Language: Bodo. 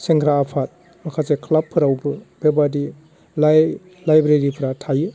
सेंग्रा आफाद माखासे क्लाबफोरावबो बेबायदि लाय लाइब्रेरिफ्रा थायो